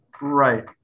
Right